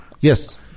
Yes